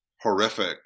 horrific